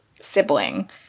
sibling